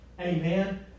Amen